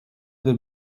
veux